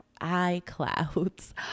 iClouds